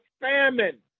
famine